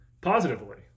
positively